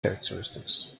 characteristics